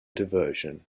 diversion